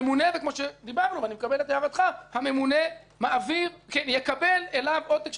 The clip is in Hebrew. אני מקבל את הערתך הממונה יקבל אליו עותק של המרשם.